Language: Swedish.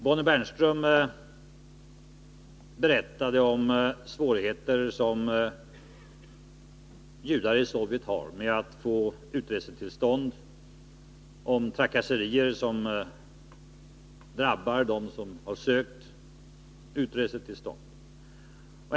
Bonnie Bernström berättade om svårigheter som judar i Sovjet har med att få utresetillstånd och om trakasserier som drabbar dem som har sökt utresetillstånd.